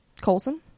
Colson